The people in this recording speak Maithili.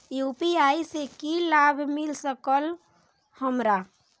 यू.पी.आई से की लाभ मिल सकत हमरा?